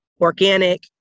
organic